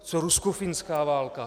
Co ruskofinská válka?